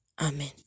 Amen